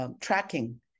tracking